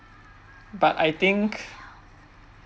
but I think